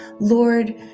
Lord